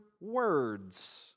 words